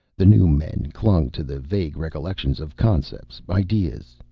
the new men clung to the vague recollections of concepts, ideas,